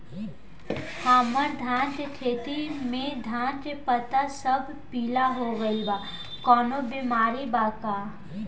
हमर धान के खेती में धान के पता सब पीला हो गेल बा कवनों बिमारी बा का?